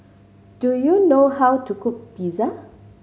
do you know how to cook Pizza